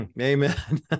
Amen